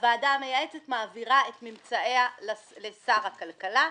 הוועדה המייעצת מעבירה את ממצאיה לשר הכלכלה.